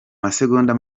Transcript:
masegonda